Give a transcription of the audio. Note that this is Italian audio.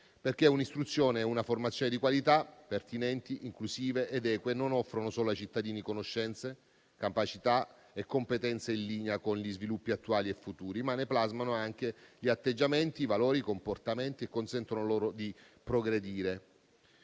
Un'istruzione e una formazione di qualità, pertinenti, inclusive ed eque infatti non offrono ai cittadini solo conoscenze, capacità e competenze in linea con gli sviluppi attuali e futuri, ma ne plasmano anche gli atteggiamenti, i valori ed i comportamenti, consentendo loro di progredire.